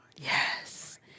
Yes